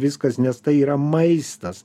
viskas nes tai yra maistas